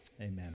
Amen